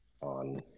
on